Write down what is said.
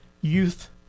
youth